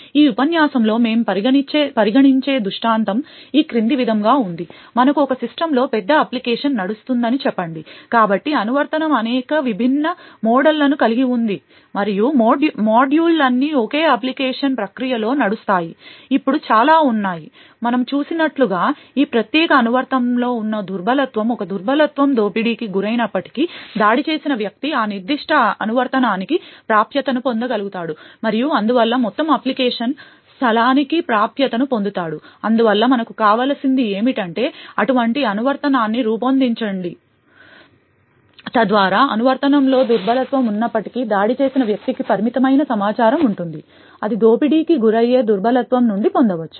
ఈ ఉపన్యాసంలో మేము పరిగణించే దృష్టాంతం ఈ క్రింది విధంగా ఉంది మనకు ఒక సిస్టమ్లో పెద్ద అప్లికేషన్ నడుస్తుందని చెప్పండి కాబట్టి ఈ అనువర్తనం అనేక విభిన్న మోడళ్లను కలిగి ఉంది మరియు ఈ మాడ్యూళ్లన్నీ ఒకే అప్లికేషన్ ప్రక్రియలోనే నడుస్తాయి ఇప్పుడు చాలా ఉన్నాయి మనము చూసినట్లుగా ఈ ప్రత్యేక అనువర్తనంలో ఉన్న దుర్బలత్వం ఒక దుర్బలత్వం దోపిడీకి గురైనప్పటికీ దాడి చేసిన వ్యక్తి ఆ నిర్దిష్ట అనువర్తనానికి ప్రాప్యతను పొందగలుగుతాడు మరియు అందువల్ల మొత్తం అప్లికేషన్ స్థలానికి ప్రాప్యతను పొందుతాడు అందువల్ల మనకు కావలసింది ఏమిటంటే అటువంటి అనువర్తనాన్ని రూపొందించండి తద్వారా అనువర్తనంలో దుర్బలత్వం ఉన్నప్పటికీ దాడి చేసిన వ్యక్తికి పరిమితమైన సమాచారం ఉంటుంది అది దోపిడీకి గురయ్యే దుర్బలత్వం నుండి పొందవచ్చు